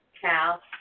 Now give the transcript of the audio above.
Cal